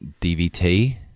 DVT